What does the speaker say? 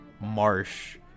Marsh